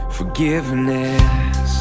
forgiveness